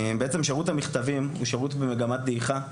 בעצם שירות המכתבים הוא שירות במגמת דעיכה,